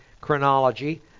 chronology